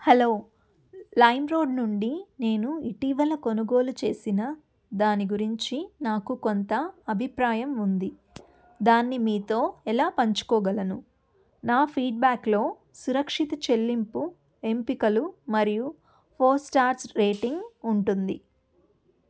hello Limeroad నుండి నేను ఇటీవల కొనుగోలు చేసిన దాని గురించి నాకు కొంత అభిప్రాయం ఉంది దాన్ని మీతో ఎలా పంచుకోగలను నా ఫీడ్బ్యాక్లో సురక్షిత చెల్లింపు ఎంపికలు మరియు ఫోర్ స్టార్స్ రేటింగ్ ఉంటుంది